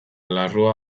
larrua